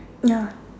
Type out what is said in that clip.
ya